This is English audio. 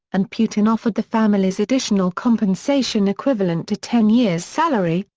and putin offered the families additional compensation equivalent to ten years' salary,